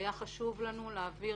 היה חשוב לנו להעביר